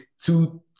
two